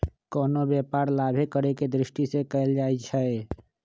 कोनो व्यापार लाभे करेके दृष्टि से कएल जाइ छइ